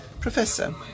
Professor